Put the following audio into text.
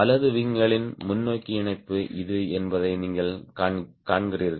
வலது விங்களின் முன்னோக்கி இணைப்பு இது என்பதை நீங்கள் காண்கிறீர்கள்